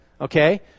okay